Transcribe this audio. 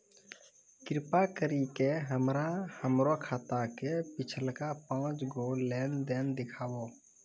कृपा करि के हमरा हमरो खाता के पिछलका पांच गो लेन देन देखाबो